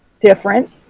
different